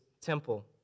temple